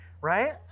right